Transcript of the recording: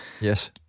Yes